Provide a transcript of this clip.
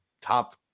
top